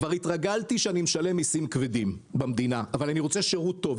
כבר התרגלתי שאני משלם מיסים כבדים במדינה אבל אני רוצה לקבל שירות טוב,